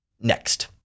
next